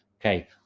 Okay